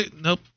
Nope